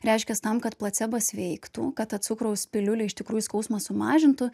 reiškias tam kad placebas veiktų kad ta cukraus piliulė iš tikrųjų skausmą sumažintų